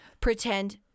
pretend